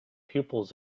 pupils